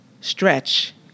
stretch